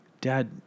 dad